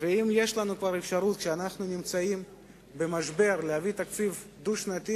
ואם יש לנו כבר אפשרות כשאנחנו נמצאים במשבר להביא תקציב דו-שנתי,